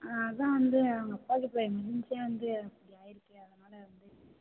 ஆ அதான் வந்து அவங்க அப்பாவுக்கு இப்போ எமர்ஜென்சியாக வந்து இப்படி ஆகியிருக்கு அதனால வந்து